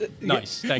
Nice